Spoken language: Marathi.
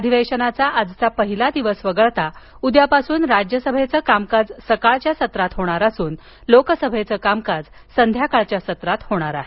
अधिवेशनाचा आजचा पहिला दिवस वगळता उद्यापासून राज्यसभेचं कामकाज सकाळच्या सत्रात होणार असून लोकसभेचं कामकाज संध्याकाळच्या सत्रात होणार आहे